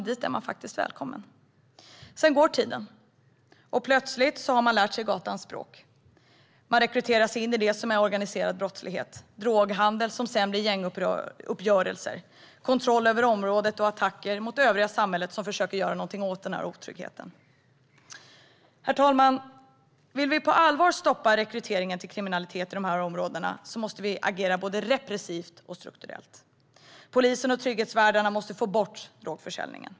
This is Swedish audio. Dit är man faktiskt välkommen. Sedan går tiden, och plötsligt har man lärt sig gatans språk. Man rekryteras in i det som är organiserad brottslighet med droghandel som sedan blir gänguppgörelser, kontroll över området och attacker mot det övriga samhället, som försöker göra något åt otryggheten. Herr talman! Om vi på allvar vill stoppa rekryteringen till kriminalitet i dessa områden måste vi agera både repressivt och strukturellt. Polisen och trygghetsvärdarna måste få bort drogförsäljningen.